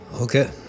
Okay